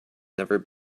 never